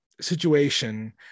situation